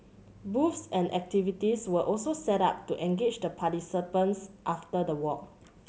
booths and activities were also set up to engage the participants after the walk